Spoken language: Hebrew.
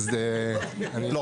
כלומר,